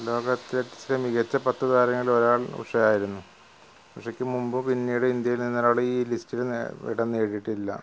ലോക അത്ലത്റ്റ്സിൽ മികച്ച പത്ത് താരങ്ങളിൽ ഒരാൾ ഉഷയായിരുന്നു ഉഷയ്ക്ക് മുമ്പ് പിന്നീട് ഇന്ത്യയിൽ നിന്ന് ഒരാള് ഈ ലിസ്റ്റില് ഇടം നേടിയിട്ടില്ല